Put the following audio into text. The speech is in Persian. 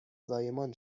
زایمان